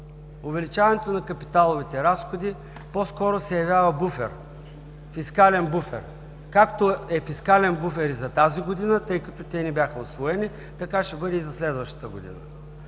Увеличаването на капиталовите разходи по-скоро се явява фискален буфер, както е фискален буфер и за тази година, тъй като те не бяха усвоени, така ще бъде и за следващата година.